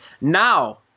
now